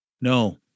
no